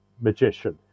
magician